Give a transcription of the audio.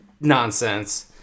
nonsense